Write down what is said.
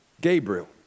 Gabriel